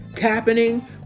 happening